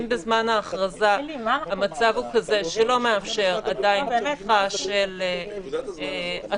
אם בשלב ההכרזה המצב הוא כזה שלא מאפשר עדיין פתיחה של אטרקציות